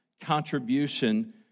contribution